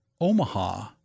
Omaha